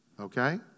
okay